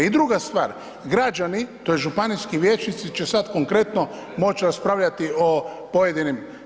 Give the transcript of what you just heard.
I druga stvar, građana, tj. županijski vijećnici će sad konkretno moći raspravljati o pojedinim…